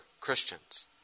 Christians